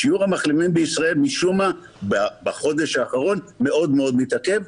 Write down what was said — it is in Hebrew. שיעור המחלימים בישראל משום מה בחודש האחרון מאוד מאוד מתעכב.